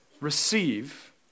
receive